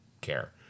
care